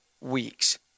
weeks